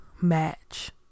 match